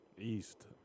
East